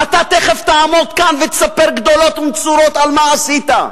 ואתה תיכף תעמוד כאן ותספר גדולות ונצורות על מה עשית,